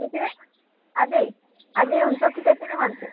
त्यतिकै अझ अझ हुन्छ कि त्यति नै मान्छे